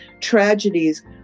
tragedies